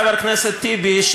חבר הכנסת טיבי,